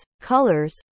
colors